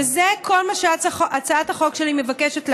וזה כל מה שהצעת החוק שלי מבקשת לעשות,